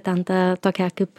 ten tą tokią kaip